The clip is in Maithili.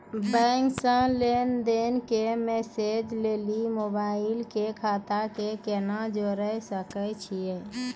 बैंक से लेंन देंन के मैसेज लेली मोबाइल के खाता के केना जोड़े सकय छियै?